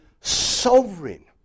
sovereign